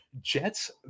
Jets